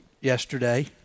yesterday